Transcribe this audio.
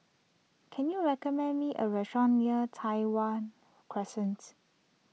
can you recommend me a restaurant near Tai Hwan Crescents